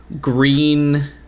green